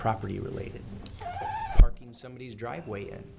property related parking somebody is driveway and